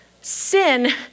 Sin